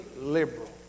liberal